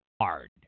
hard